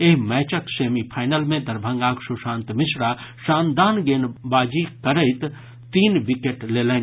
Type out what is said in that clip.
एहि मैचक सेमिफाईनल मे दरभंगाक सुशांत मिश्रा शानदान गेनबाजी करैत तीन विकेट लेलनि